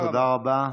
תודה רבה.